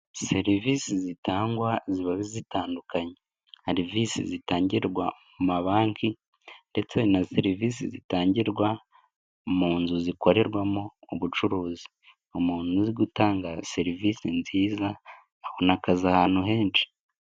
Serivisi zitangwa ziba zitandukanye hari visi zitangirwa mu mabanki ndetse na serivisi zitangirwa mu nzu zikorerwamo ubucuruzi, umuntu uzi gutanga serivisi nziza abona akazi ahantu henshi.